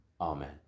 Amen